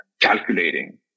calculating